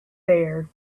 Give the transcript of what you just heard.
there